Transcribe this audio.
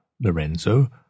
Lorenzo